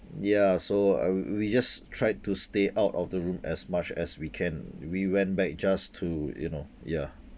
ya so uh we just tried to stay out of the room as much as we can we went back just to you know ya